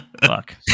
Fuck